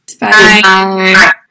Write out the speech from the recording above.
Bye